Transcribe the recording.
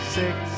six